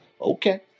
Okay